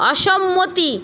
অসম্মতি